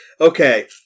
Okay